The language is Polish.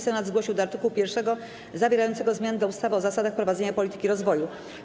Senat zgłosił do art. 1 zawierającego zmiany do ustawy o zasadach prowadzenia polityki rozwoju.